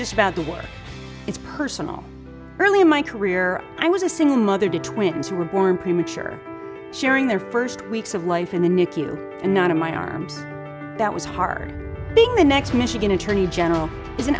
just about the work it's personal early in my career i was a single mother to twins who were born premature sharing their first weeks of life in a new and none of my arms that was hard being the next michigan attorney general is an